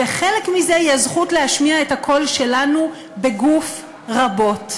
וחלק מזה היא הזכות להשמיע את הקול שלנו בגוף רבות.